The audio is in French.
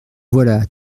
voilà